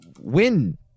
win